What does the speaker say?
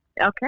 Okay